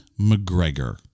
mcgregor